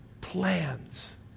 plans